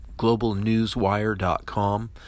globalnewswire.com